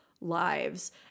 lives